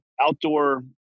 outdoor